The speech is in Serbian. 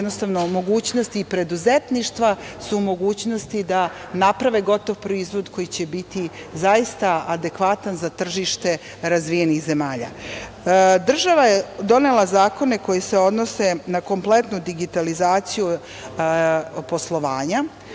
osnovu svoje mogućnosti preduzetništva su u mogućnosti da naprave gotov proizvod koji će biti zaista adekvatan za tržište razvijenih zemalja. Država je donela zakone koji se odnose na kompletnu digitalizaciju poslovanja